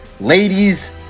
ladies